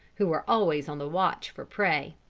who are always on the watch for prey.